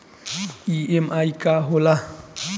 EMI का होला?